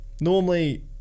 normally